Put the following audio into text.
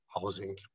housing